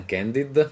Candid